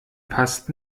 passt